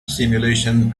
simulation